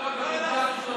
הוא חבר של אלי ישי.